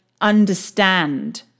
understand